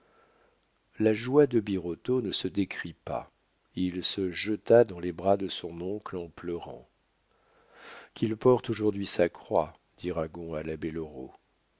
la joie de birotteau ne se décrit pas il se jeta dans les bras de son oncle en pleurant qu'il porte aujourd'hui sa croix dit ragon à l'abbé loraux le